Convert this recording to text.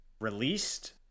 released